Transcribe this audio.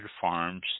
Farms